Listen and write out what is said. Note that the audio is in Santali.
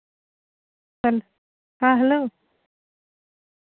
ᱦᱮᱸ ᱦᱮᱞᱳ